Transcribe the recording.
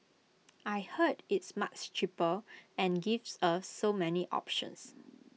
I heard it's much cheaper and gives us so many options